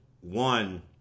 one